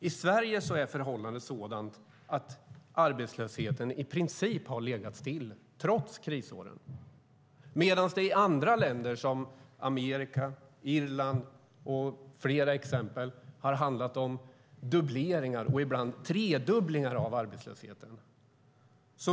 I Sverige är förhållandet sådant att arbetslösheten i princip har legat still, trots krisåren, medan det i andra länder som Amerika, Irland och flera andra exempel har handlat om dubblering och ibland tredubblering av arbetslösheten.